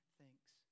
thinks